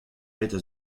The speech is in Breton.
petra